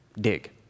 Dig